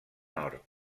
nord